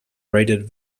rated